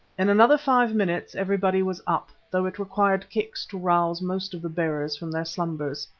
in another five minutes everybody was up, though it required kicks to rouse most of the bearers from their slumbers.